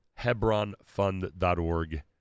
hebronfund.org